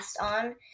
on